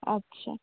আচ্ছা